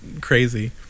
crazy